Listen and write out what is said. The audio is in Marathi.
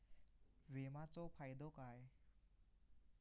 विमाचो फायदो काय?